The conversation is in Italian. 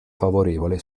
favorevole